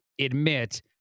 admit